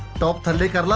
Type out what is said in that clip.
doctor. oh,